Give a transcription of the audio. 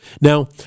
Now